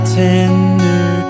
tender